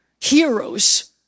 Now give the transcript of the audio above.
heroes